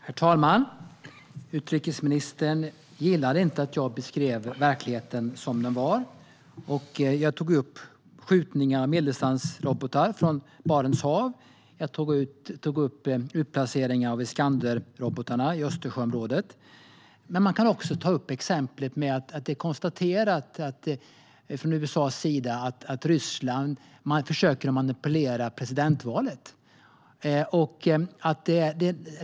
Herr talman! Utrikesministern gillade inte att jag beskrev verkligheten som den är. Jag tog upp uppskjutningarna av medeldistansrobotar från Barents hav. Jag tog upp utplaceringen av Iskanderrobotar i Östersjöområdet. Man kan också ta upp att det är konstaterat från amerikansk sida att Ryssland försöker manipulera presidentvalet i USA.